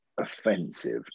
offensive